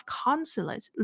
consulates